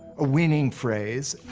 a winning phrase.